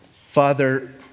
Father